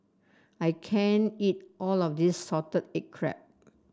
I can't eat all of this Salted Egg Crab